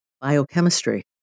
biochemistry